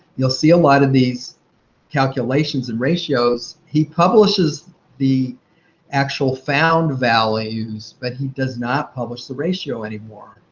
you'll see a lot of these calculations and ratios. he publishes the actual found values, but he does not publish the ratio anymore.